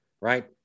Right